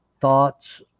thoughts